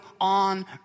on